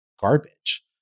garbage